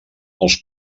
els